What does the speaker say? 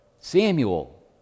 Samuel